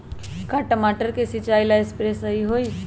का टमाटर के सिचाई ला सप्रे सही होई?